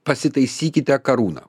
pasitaisykite karūną